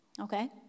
okay